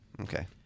okay